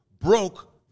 broke